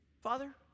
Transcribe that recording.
father